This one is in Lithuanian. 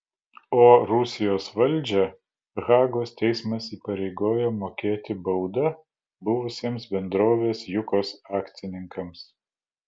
o rusijos valdžią hagos teismas įpareigojo mokėti baudą buvusiems bendrovės jukos akcininkams